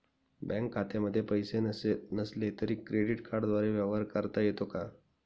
Bank खात्यामध्ये पैसे नसले तरी क्रेडिट कार्डद्वारे व्यवहार करता येतो का?